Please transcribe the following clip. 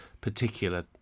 particular